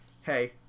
hey